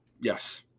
Yes